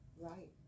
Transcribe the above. right